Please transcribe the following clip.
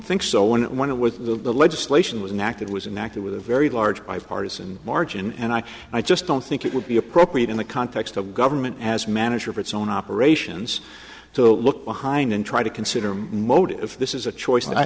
think so when one of the legislation was an act it was an actor with a very large bipartisan margin and i i just don't think it would be appropriate in the context of government as manager of its own operations to look behind and try to consider motive if this is a choice